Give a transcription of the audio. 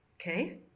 okay